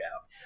out